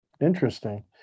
interesting